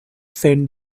san